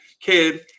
kid